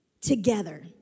together